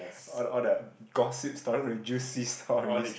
all the all the gossip stories all the juicy stories